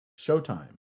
showtime